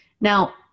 Now